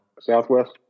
Southwest